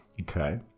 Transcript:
Okay